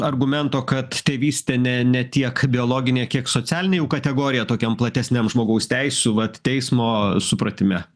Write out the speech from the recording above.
argumento kad tėvystė ne ne tiek biologinė kiek socialinė jau kategorija tokiam platesniam žmogaus teisių vat teismo supratime